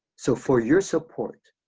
so for your support,